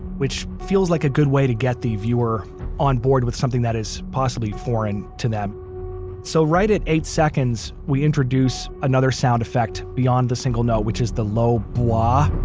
which feels like a good way to get the viewer on board with something that is possibly foreign to them so right at eight seconds, we introduce another sound effect beyond the single note which is the low bwah